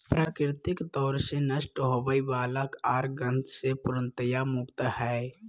प्राकृतिक तौर से नष्ट होवय वला आर गंध से पूर्णतया मुक्त हइ